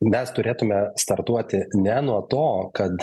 mes turėtume startuoti ne nuo to kad